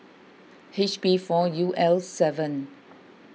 H B four U L seven